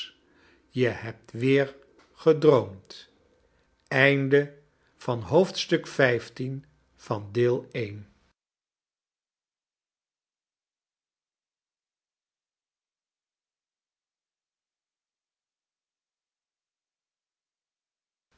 je hebt weer gedroomd